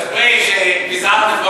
נדרש מאוד,